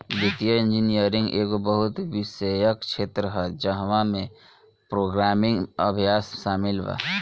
वित्तीय इंजीनियरिंग एगो बहु विषयक क्षेत्र ह जवना में प्रोग्रामिंग अभ्यास शामिल बा